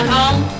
home